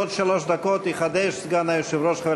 בעוד שלוש דקות יחדש סגן היושב-ראש חבר